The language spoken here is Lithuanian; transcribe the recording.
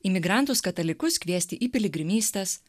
imigrantus katalikus kviesti į piligrimystes